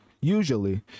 usually